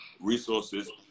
resources